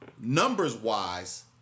numbers-wise